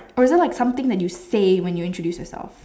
or is it like something that you say when you introduce yourself